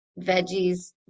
veggies